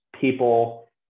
people